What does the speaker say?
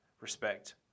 respect